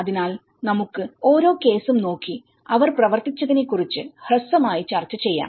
അതിനാൽ നമുക്ക് ഓരോ കേസും നോക്കി അവർ പ്രവർത്തിച്ചതിനെക്കുറിച്ച് ഹ്രസ്വമായി ചർച്ച ചെയ്യാം